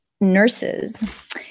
nurses